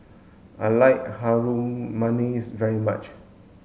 I like Harum Manis very much